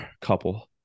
couple